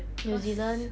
new zealand